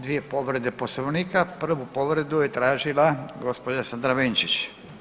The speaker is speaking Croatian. Dvije povrede poslovnika, prvu povredu je tražila gospođa Sandra Benčić.